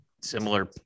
similar